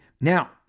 Now